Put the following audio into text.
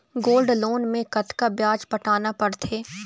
Gold loan मे कतका ब्याज पटाना पड़थे?